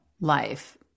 life